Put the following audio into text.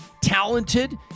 talented